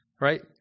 right